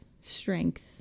strength